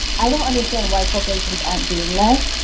i don't understand why corporations aren't doing this.